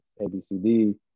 ABCD